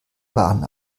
waren